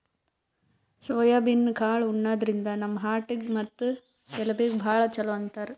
soybean ಕಾಳ್ ಉಣಾದ್ರಿನ್ದ ನಮ್ ಹಾರ್ಟ್ ಮತ್ತ್ ಎಲಬೀಗಿ ಭಾಳ್ ಛಲೋ ಅಂತಾರ್